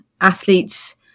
athletes